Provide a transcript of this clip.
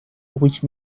which